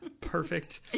Perfect